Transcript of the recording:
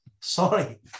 Sorry